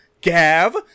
gav